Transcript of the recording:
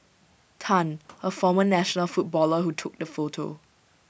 Tan A former national footballer who took the photo